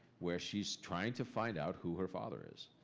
where she's trying to find out who her father is,